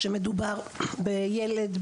כשמדובר בילד,